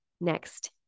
next